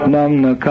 Namna